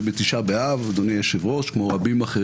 בסדר, אבל לפחות שהיושב-ראש יציין.